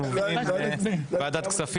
הישיבה ננעלה בשעה